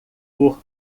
por